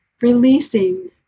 releasing